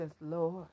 Lord